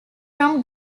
from